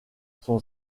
son